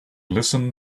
listened